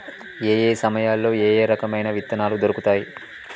ఏయే సమయాల్లో ఏయే రకమైన విత్తనాలు దొరుకుతాయి?